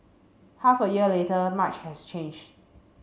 half a year later much has changed